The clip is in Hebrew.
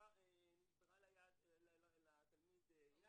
נשברה היד לתלמיד,